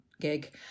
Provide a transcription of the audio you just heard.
gig